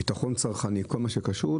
ביטחון צרכני וכל מה שקשור,